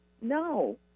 no